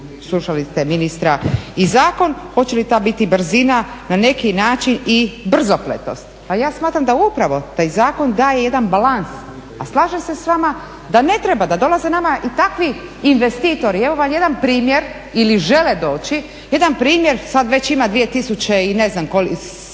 slušali ste ministra, i zakon hoće li ta biti brzina na neki način i brzopletost? Pa ja smatram da upravo taj zakon daje jedan balans, a slažem se s vama da ne treba da dolaze nama i takvi investitori. Evo vam jedan primjer, ili žele doći, jedan primjer, sad već ima 2000 i ne znam koje,